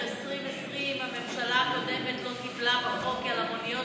2020 הממשלה הקודמת לא טיפלה בחוק על המוניות